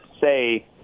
say